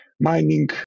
mining